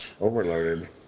overloaded